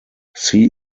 see